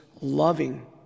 loving